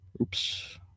Oops